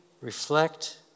reflect